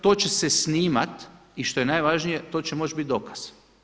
To će se snimat i što je najvažnije to će moći biti dokaz.